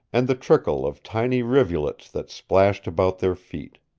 and the trickle of tiny rivulets that splashed about their feet.